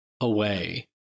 away